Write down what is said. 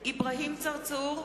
אברהים צרצור,